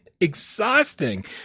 exhausting